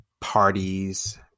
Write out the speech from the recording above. parties